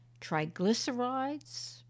triglycerides